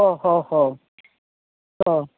ഓ ഹോ ഹോ ഓ